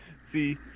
See